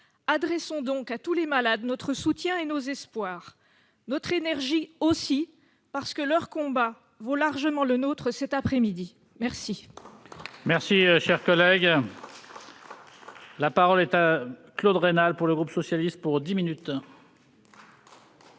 adressons donc à tous les malades notre soutien et nos espoirs, notre énergie aussi, parce que leur combat vaut largement le nôtre cet après-midi !